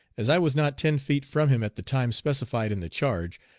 as i was not ten feet from him at the time specified in the charge,